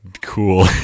cool